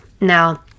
Now